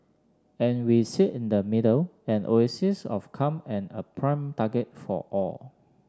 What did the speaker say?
and we sit in the middle an oasis of calm and a prime target for all